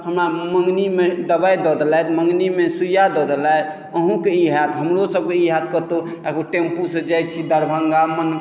हमरा मङ्गनीमे दवाइ दऽ देलथि मङ्गनीमे सुइया दऽ देलथि अहूँके ई होयत हमरोसभके ई होयत कतहु टेम्पूसँ जाइत छी दरभंगा